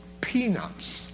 peanuts